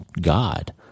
God